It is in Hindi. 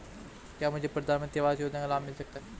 क्या मुझे प्रधानमंत्री आवास योजना का लाभ मिल सकता है?